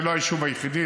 זה לא היישוב היחידי,